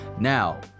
Now